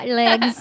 legs